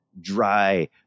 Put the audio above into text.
dry